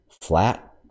flat